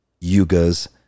yuga's